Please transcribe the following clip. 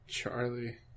Charlie